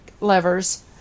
levers